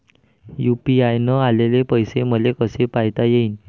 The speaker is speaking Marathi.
यू.पी.आय न आलेले पैसे मले कसे पायता येईन?